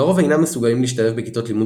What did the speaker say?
לרוב אינם מסוגלים להשתלב בכיתות לימוד